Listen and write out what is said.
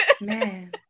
man